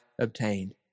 obtained